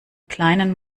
kleinen